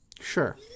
Sure